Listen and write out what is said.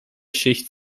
schicht